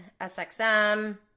SXM